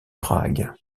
prague